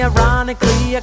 Ironically